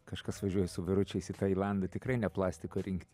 kažkas važiuoja su vyručiais į tailandą tikrai ne plastiko rinkti